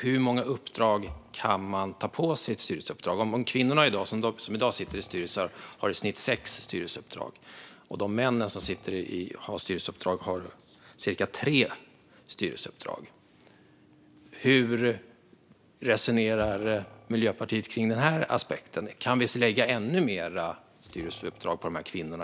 Hur många styrelseuppdrag kan man ta på sig? Om kvinnor som i dag sitter i styrelser har i snitt sex styrelseuppdrag och männen har tre styrelseuppdrag, hur resonerar Miljöpartiet kring den aspekten? Kan vi lägga ännu fler styrelseuppdrag på de här kvinnorna?